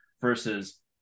versus